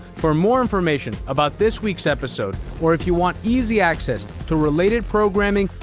for more information about this week's episode, or if you want easy access to related programming,